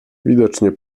widocznie